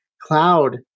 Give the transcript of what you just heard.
Cloud